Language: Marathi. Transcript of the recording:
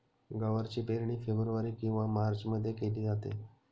गवारची पेरणी फेब्रुवारी किंवा मार्चमध्ये केली जाते